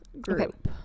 group